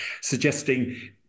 suggesting